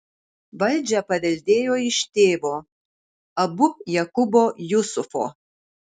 valdžią paveldėjo iš tėvo abu jakubo jusufo